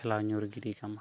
ᱴᱷᱮᱞᱟᱣ ᱧᱩᱨ ᱜᱤᱰᱤ ᱠᱟᱢᱟ